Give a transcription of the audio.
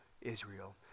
Israel